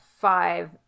five